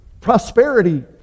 prosperity